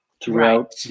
throughout